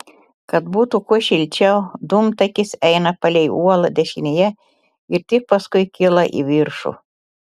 kad būtų kuo šilčiau dūmtakis eina palei uolą dešinėje ir tik paskui kyla į viršų